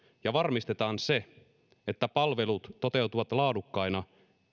ja varmistetaan se että palvelut toteutuvat laadukkaina